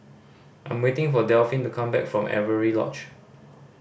I'm waiting for Delphin to come back from Avery Lodge